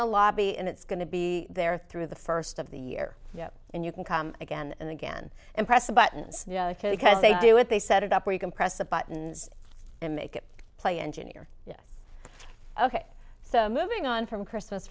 the lobby and it's going to be there through the first of the year and you can come again and again and press the buttons because they do it they set it up where you can press the buttons and make it play engineer yes ok so moving on from christmas